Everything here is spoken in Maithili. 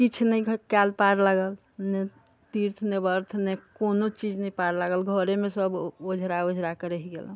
किछु नहि कएल पार लागल ने तीर्थ ने व्रत ने कोनो चीज नहि पार लागल घरेमे सभ ओझरा ओझरा कऽ रहि गेलहुँ